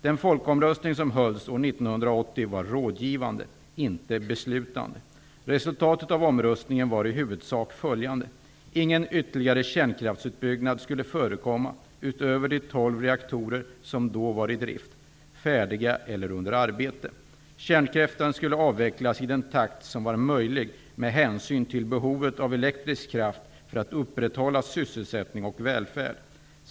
Den folkomröstning som hölls år 1980 var rådgivande, inte beslutande. Resultatet av omröstningen var i huvudsak följande. Ingen ytterligare kärnkraftsutbyggnad skulle förekomma utöver de tolv reaktorer som då var i drift, färdiga eller under arbete. Kärnkraften skulle avvecklas i den takt som var möjlig med hänsyn till behovet av elektrisk kraft för att upprätthålla sysselsättning och välfärd.